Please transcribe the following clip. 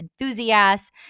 enthusiasts